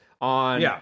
on